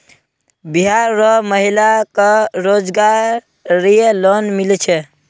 बिहार र महिला क रोजगार रऐ लोन मिल छे